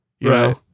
Right